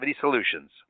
Solutions